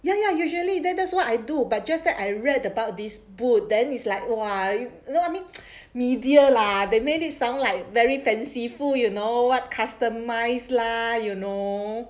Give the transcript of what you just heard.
ya ya usually that's that's what I do but just that I read about this boot then is like !wah! you know I mean media lah they made it sound like very fanciful you know what customise lah you know